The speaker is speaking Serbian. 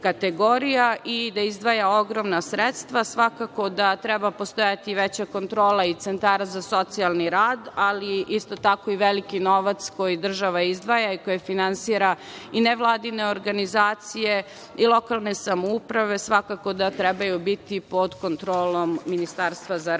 i da izdvaja ogromna sredstva. Svakako da treba postojati i veća kontrola i centara za socijalni rad, ali isto tako i veliki novac koji država izdvaja i koje finansira. Nevladine organizacije i lokale samouprave svakako da trebaju biti pod kontrolom Ministarstva za rad,